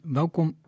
welkom